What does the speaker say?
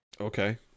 okay